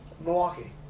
Milwaukee